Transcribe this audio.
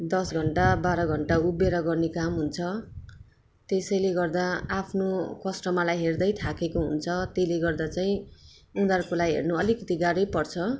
दस घण्टा बाह्र घण्टा उभिएर गर्ने काम हुन्छ त्यसैले गर्दा आफ्नो कस्टमरलाई हेर्दाै थाकेको हुन्छ त्यसले गर्दा चाहिँ उनीहरूकोलाई हेर्नु अलिकति गाह्रै पर्छ